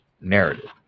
narrative